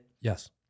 Yes